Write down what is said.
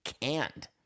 canned